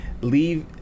leave